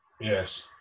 yes